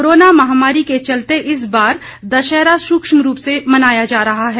corona महामारी के चलते इस बार दशहरा सुक्ष्म रूप से मनाया जा रहा हैं